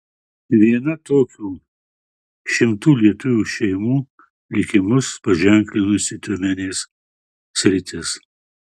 viena tokių šimtų lietuvių šeimų likimus paženklinusi tiumenės sritis